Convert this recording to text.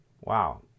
Wow